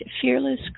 fearless